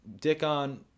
Dickon